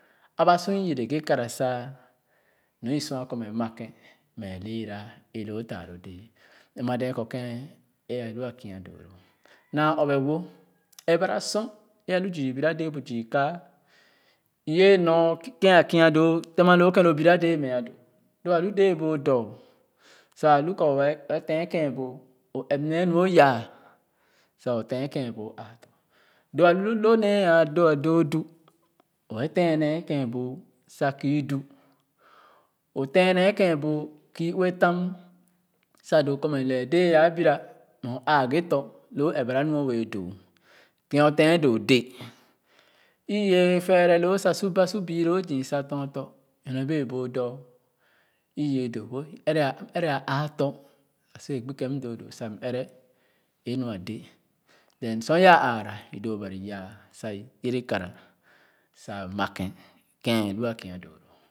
A ba sor i yɛrɛ ghe kara sa nɔr sua kɔ mɛ ma kèn mɛ Lɛɛra é loo taa loo dɛɛ m ɛn-ma dɛɛ kɔ é alo a kii doo na ɔpbɛp wo ɛrɛ ba sor é alu zii bira dee bu zii kae i yèi nɔr kèn a kia doo tema loo ken lo bira dɛɛ meah doo lo a lu déé Boo dɔ sa lu kɔ wɛɛ tén kèn boo o ɛp nee nu o yaah sa o tén kèn boo aatɔ̃ doo a lu lo nee ãã doa doo du wɛɛ tèn nee kèn boo sa kii du o tèn nee kèn boo sa kii ue tam sa doo kɔ mɛ lɛɛ dɛɛ a bira mɛ o aa ghe tɔ̃ lu ɛrɛ ba nu wɛɛ doo kèn o tèn doo dé i ye fɛɛrɛ lo sa su ba sa su bii loo sa tɔn tɔ̃ nyorbee boo dɔ̃r i yii doo wo ɛrɛ i ɛrɛ ãã tɔ̃ sa si wɛɛ gbi kèn m doo doo sa m ɛrɛ é nu a dé then sor yaa ããra i doo Bari yaa sa i yɛrɛ kara sa ma kén kèn é lu a kia doo loo.